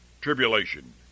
tribulation